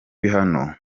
bihano